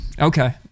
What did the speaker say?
Okay